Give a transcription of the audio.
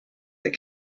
that